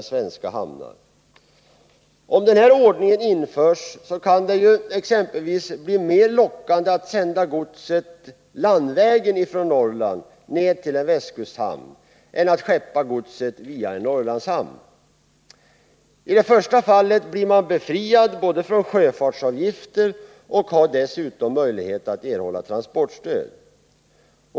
Om den i propositionen föreslagna ordningen införs, kan det exempelvis bli mer lockande att sända godset landvägen från Norrland ner till en västkusthamn än att skeppa godset via en Norrlandshamn. I det första fallet blir man befriad från sjöfartsavgifter och har dessutom möjlighet att få transportstöd.